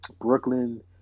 Brooklyn